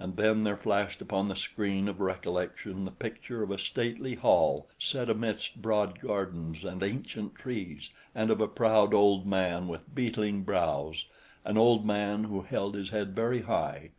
and then there flashed upon the screen of recollection the picture of a stately hall set amidst broad gardens and ancient trees and of a proud old man with beetling brows an old man who held his head very high